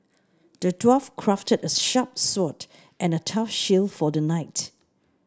the dwarf crafted a sharp sword and a tough shield for the knight